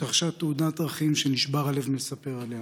התרחשה תאונת דרכים שנשבר הלב מלספר עליה: